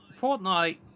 Fortnite